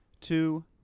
two